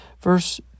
Verse